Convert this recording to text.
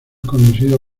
conducido